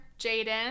Jaden